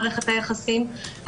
לארגונים נוספים שירצו להתייחס לדברים.